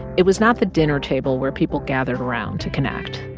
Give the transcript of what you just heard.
it was not the dinner table where people gathered around to connect.